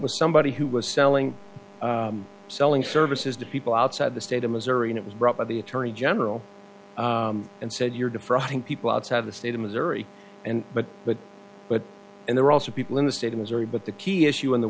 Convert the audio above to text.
was somebody who was selling selling services to people outside the state of missouri and it was brought by the attorney general and said you're depriving people outside of the state of missouri and but but but there are also people in the state of missouri but the key issue in the